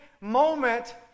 moment